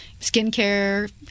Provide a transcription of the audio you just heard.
skincare